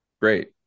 Great